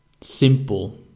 simple